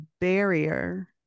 barrier